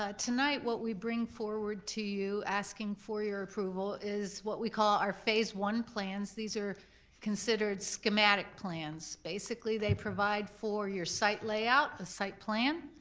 ah tonight, what we bring forward to you, asking for your approval is, what we call, our phase one plans. these are considered schematic plans. basically, they provide for your site layout the site plan.